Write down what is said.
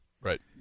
Right